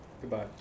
goodbye